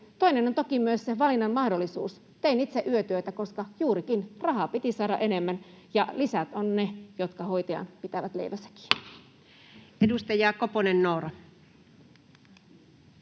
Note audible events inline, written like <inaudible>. Toinen on toki myös se valinnan mahdollisuus. Tein itse yötyötä, koska juurikin rahaa piti saada enemmän, ja lisät ovat ne, jotka hoitajan pitävät leivässä <noise>